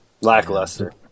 Lackluster